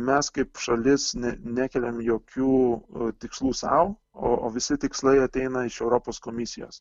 mes kaip šalis ne nekeliam jokių tikslų sau o o visi tikslai ateina iš europos komisijos